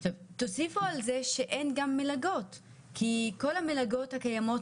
תוסיפו לזה שגם אין מלגות כי כל המלגות הקיימות